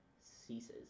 ceases